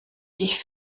ich